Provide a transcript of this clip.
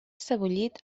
sebollit